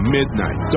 midnight